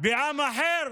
בעם אחר,